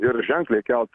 ir ženkliai kelt